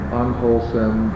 unwholesome